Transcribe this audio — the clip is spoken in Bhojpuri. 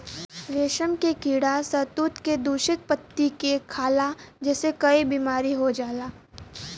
रेशम के कीड़ा शहतूत के दूषित पत्ती के खाला जेसे कई बीमारी हो जाला